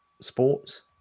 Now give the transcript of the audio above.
sports